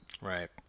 Right